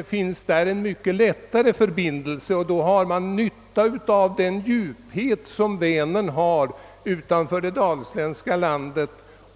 blir detta en mycket bättre förbindelse. Då kan man också utnyttja det djup som Vänern har utanför Dalsland.